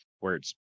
words